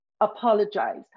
Apologize